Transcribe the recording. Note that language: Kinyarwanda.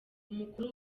umukuru